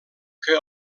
que